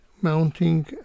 Mounting